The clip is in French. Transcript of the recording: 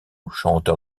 chanteur